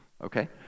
okay